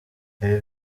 ibi